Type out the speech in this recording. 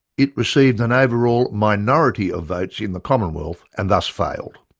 it received an overall minority of votes in the commonwealth and thus failed.